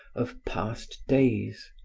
of past days.